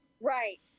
right